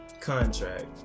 contract